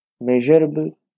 measurable